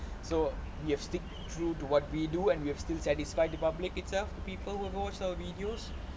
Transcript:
so you have stick true to what we do and we have still satisfy the public itself people who will go watch our videos